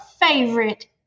favorite